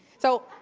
so,